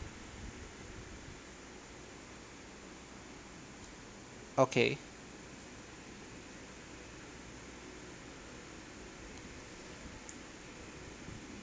okay